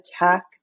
attack